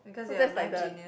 so that's like the